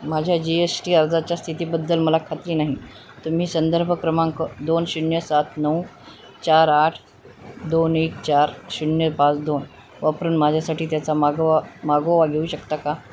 माझ्या G S T अर्जाच्या स्थितीबद्दल मला खात्री नाही तुम्ही संदर्भ क्रमांक दोन शून्य सात नऊ चार आठ दोन एक चार शून्य पाच दोन वापरून माझ्यासाठी त्याचा मागोवा मागोवा घेऊ शकता का